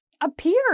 appeared